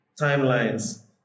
timelines